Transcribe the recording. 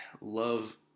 love